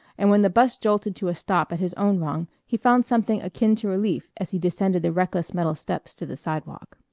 and when the bus jolted to a stop at his own rung he found something akin to relief as he descended the reckless metal steps to the sidewalk.